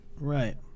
Right